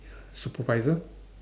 supervisor